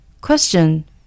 Question